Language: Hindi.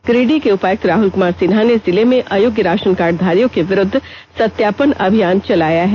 गिरिडीह के उपायुक्त राहल कुमार सिन्हा ने जिले में अयोग्य राशन कार्डधारियों के विरुद्व सत्यापन अभियान चलाया है